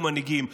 אנחנו מנהיגים.